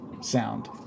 sound